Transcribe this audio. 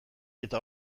eta